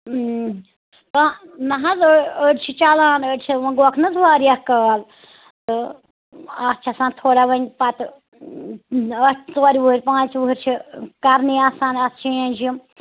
نَہ نَہ حظ أڑۍ چھِ چلان أڑۍ چھِ وۄنۍ گوکھ نہٕ حظ واریاہ کال تہٕ اَتھ چھِ آسان تھوڑا وۄنۍ پَتہٕ اَتھ ژورِ ؤہٕرۍ پانٛژِ ؤہٕرۍ چھِ کرنٕے آسان اَتھ چینٛج یِم